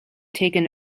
taken